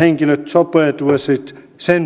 henkilöt sopeutuisivat sen paremmin